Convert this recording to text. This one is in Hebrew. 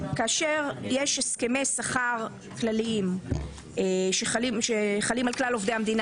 כאשר יש הסכמי שכר כלליים שחלים על כלל עובדי המדינה